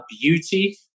beauty